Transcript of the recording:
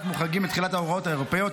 מוחרגים מתחילת ההוראות האירופאיות,